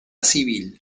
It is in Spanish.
civil